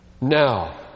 Now